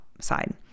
side